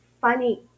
funny